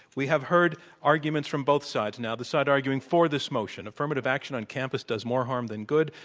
we have heard arguments from both sides. now, the side arguing for this motion affirmative action on campus does more harm than good,